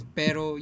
pero